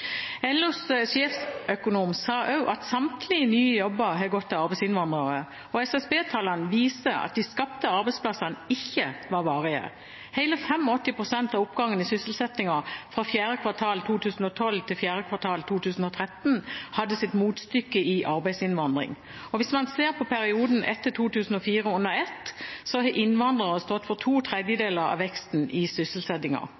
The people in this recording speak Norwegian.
LOs sjeføkonom sa også at samtlige nye jobber har gått til arbeidsinnvandrere. SSB-tallene viser at de skapte arbeidsplassene ikke var varige. Hele 85 pst. av oppgangen i sysselsettingen fra fjerde kvartal 2012 til fjerde kvartal 2013 hadde sitt motstykke i arbeidsinnvandring. Og hvis man ser på perioden etter 2004 under ett, har innvandrere stått for to